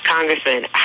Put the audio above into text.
Congressman